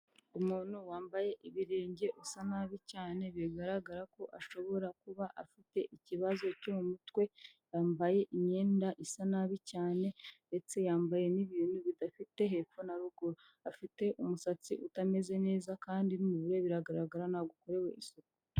Umuntu wambaye ibirenge usa nabi cyane, bigaragara ko ashobora kuba afite ikibazo cyo mu mutwe, yambaye imyenda isa nabi cyane ndetse yambaye n'ibintu bidafite hepfo na ruguru. Afite umusatsi utameze neza kandi nuwureba biragaragara ntabwo ukorewe isuku.